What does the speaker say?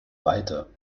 weiter